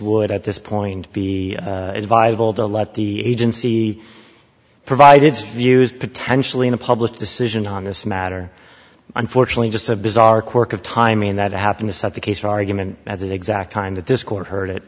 would at this point be advisable to let the agency provide its views potentially in a public decision on this matter unfortunately just a bizarre quirk of timing that i happen to set the case for argument as an exact time that this court heard it